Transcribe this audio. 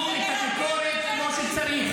תקבלי את הביקורת, תקבלו את הביקורת כמו שצריך.